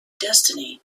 destiny